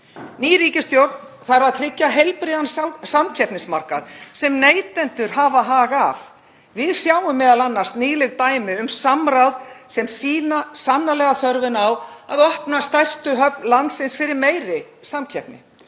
Ný ríkisstjórn þarf að tryggja heilbrigðan samkeppnismarkað sem neytendur hafa hag af. Við sjáum m.a. nýleg dæmi um samráð sem sýna sannarlega þörfina á að opna stærstu höfn landsins fyrir meiri samkeppni.